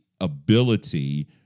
ability